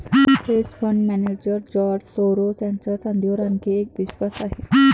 hedge fund manager George Soros यांचा चांदीवर आणखी एक विश्वास आहे